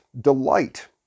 delight